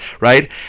right